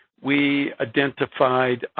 we identified